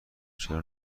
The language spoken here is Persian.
چرا